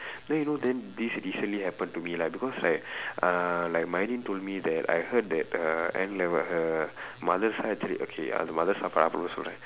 then you know then this recently happen to me lah because like uh told me that I heard that uh N level her mother side actually okay the mother also right